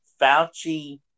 Fauci